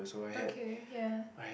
okay ya